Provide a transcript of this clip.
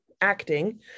acting